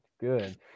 good